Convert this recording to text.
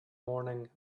morning